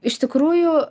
iš tikrųjų